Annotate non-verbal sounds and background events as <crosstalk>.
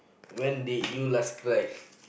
when did you last cry <breath>